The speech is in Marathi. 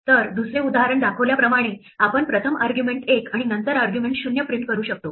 तर दुसरे उदाहरण दाखवल्याप्रमाणे आपण प्रथम आर्ग्युमेंट 1 आणि नंतर आर्ग्युमेंट 0 प्रिंट करू शकतो